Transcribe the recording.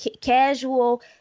casual